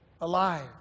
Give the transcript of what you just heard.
alive